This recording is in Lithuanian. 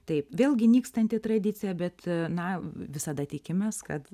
taip vėlgi nykstanti tradicija bet na visada tikimės kad